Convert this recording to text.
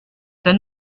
c’est